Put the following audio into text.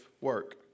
work